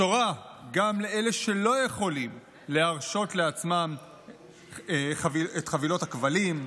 בשורה גם לאלה שלא יכולים להרשות לעצמם את חבילות הכבלים,